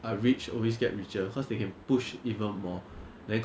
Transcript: uh ya I just restarted it how much is yours now